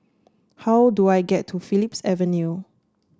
how do I get to Phillips Avenue